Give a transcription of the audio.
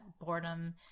boredom